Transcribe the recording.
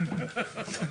--- שלך.